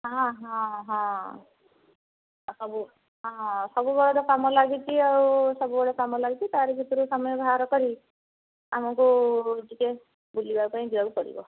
ହଁ ହଁ ହଁ ସବୁ ହଁ ସବୁବେଳେ ତ କାମ ଲାଗିଛି ଆଉ ସବୁବେଳେ କାମ ଲାଗିଛି ତାରି ଭିତରେ ସମୟ ବାହାର କରି ଆମକୁ ଟିକିଏ ବୁଲିବା ପାଇଁ ଯିବାକୁ ପଡ଼ିବ